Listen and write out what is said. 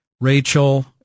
Rachel